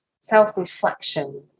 self-reflection